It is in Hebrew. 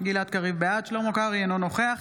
שלמה קרעי, אינו נוכח